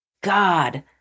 God